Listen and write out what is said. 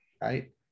right